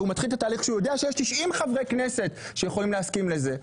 והוא מתחיל את התהליך כשהוא יודע שיש 90 חברי כנסת שיכולים להסכים לזה,